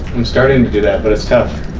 i'm starting to do that, but it's tough.